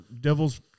Devil's